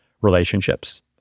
relationships